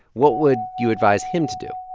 what would you advise him to do?